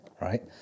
right